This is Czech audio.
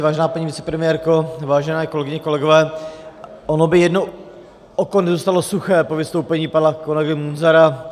Vážená paní vicepremiérko, vážené kolegyně, kolegové, ono by jedno oko nezůstalo suché po vystoupení pana kolegy Munzara.